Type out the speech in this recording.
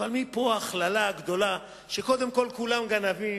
אבל מפה ההכללה הגדולה שקודם כול כולם גנבים,